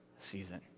season